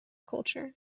culture